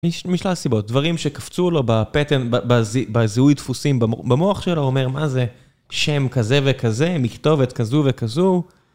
משלל סיבות, דברים שקפצו לו בפטרן, בזהוי דפוסים במוח שלו, אומר מה זה, שם כזה וכזה, מכתובת כזו וכזו.